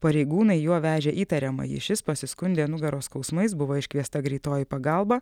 pareigūnai juo vežė įtariamąjį šis pasiskundė nugaros skausmais buvo iškviesta greitoji pagalba